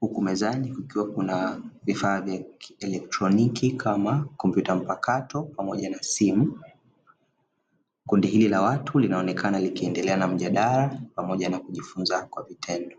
huku mezani kukiwa na vifaa vya kielektroniki kama kompyuta mpakato pamoja na simu; kundi hili la watu linaonekana likiendelea na mjadala pamoja na kujifunza kwa vitendo.